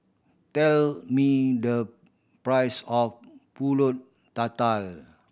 tell me the price of Pulut Tatal